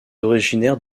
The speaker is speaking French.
originaire